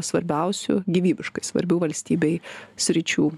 svarbiausių gyvybiškai svarbių valstybei sričių